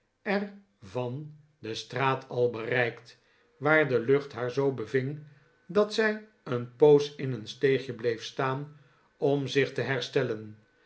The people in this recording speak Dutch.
er van de straat al bereikt waar de lucht haar zoo beving dat zij een poos in een steegje bleef staan om zich te herstellen